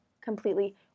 completely